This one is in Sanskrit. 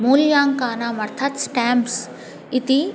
मूल्याङ्कानाम् अर्थात् स्टेम्प्स् इति